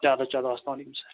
چلو چلو اَسلامُ علیکُم سَر